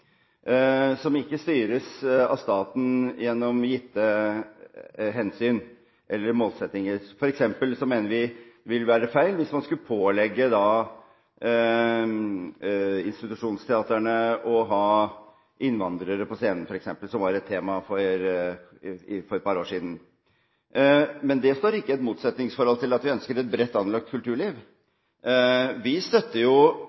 som ikke styres av staten gjennom gitte hensyn eller målsettinger. Vi mener f.eks. det ville være feil hvis man skulle pålegge institusjonsteatrene å ha innvandrere på scenen – som var et tema for et par år siden. Men det står ikke i et motsetningsforhold til at vi ønsker et bredt anlagt kulturliv. Vi støtter jo